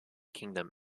kingdom